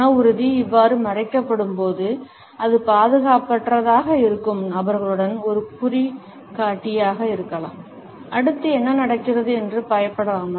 மன உறுதி இவ்வாறு மறைக்கப்படும்போது அது பாதுகாப்பற்றதாக இருக்கும் நபர்களுடன் ஒரு குறிகாட்டியாக இருக்கலாம் அடுத்து என்ன நடக்கிறது என்று பயப்படலாம்